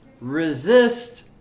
Resist